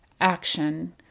action